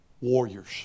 warriors